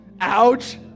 ouch